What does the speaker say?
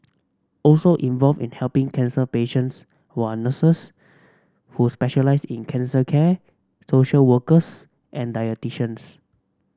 also involved in helping cancer patients were a nurses who specialise in cancer care social workers and dietitians